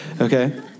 okay